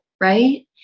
right